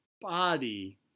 body